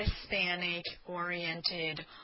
Hispanic-oriented